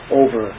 over